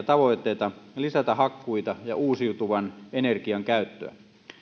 tavoitteita lisätä hakkuita ja uusiutuvan energian käyttöä